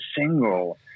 single